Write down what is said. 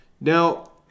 Now